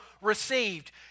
received